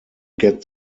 get